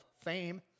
Fame